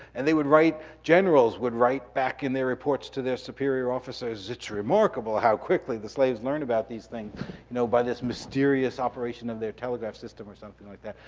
and they would write, generals would write back in their reports to their superior officers, it's remarkable how quickly the slaves learn about these things by this mysterious operation of their telegraph system, or something like that.